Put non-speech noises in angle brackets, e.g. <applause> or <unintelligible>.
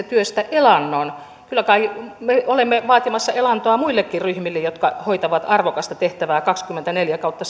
<unintelligible> työstä elannon kyllä kai me olemme vaatimassa elantoa muillekin ryhmille jotka hoitavat arvokasta tehtävää kaksikymmentäneljä kautta <unintelligible>